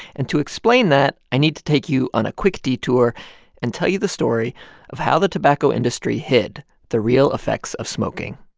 and to explain that, i need to take you on a quick detour and tell you the story of how the tobacco industry hid the real effects of smoking